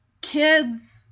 kids